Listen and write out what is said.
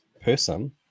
person